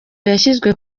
yashyizwe